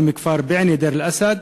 ומהכפר בענה דיר-אל-אסד.